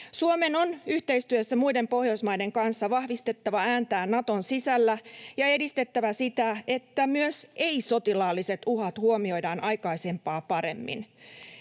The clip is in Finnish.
kuitenkin yhteistyössä muiden Pohjoismaiden kanssa vahvistettava ääntään Naton sisällä ja edistettävä sitä, että myös ei-sotilaalliset uhat huomioidaan aikaisempaa paremmin.